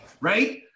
right